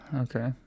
Okay